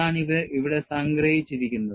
അതാണ് ഇവിടെ സംഗ്രഹിച്ചിരിക്കുന്നത്